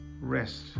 rest